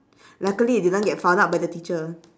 luckily it didn't get found out by the teacher